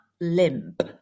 limp